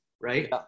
right